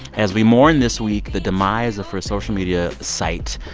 as we mourn this week the demise of her social media site,